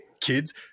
kids